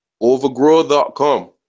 Overgrow.com